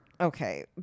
okay